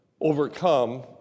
overcome